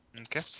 Okay